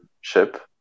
ship